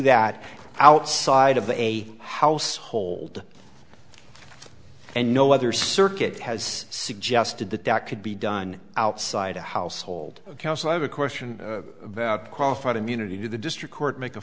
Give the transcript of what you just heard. that outside of a household and no other circuit has suggested that that could be done outside the household accounts i have a question about qualified immunity to the district court mak